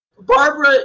Barbara